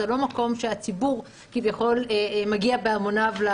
זה לא מקום שהציבור מגיע אליו בהמוניו.